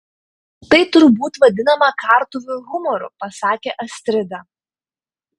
tai turbūt vadinama kartuvių humoru pasakė astrida